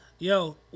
Yo